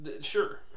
sure